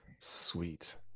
sweet